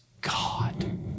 God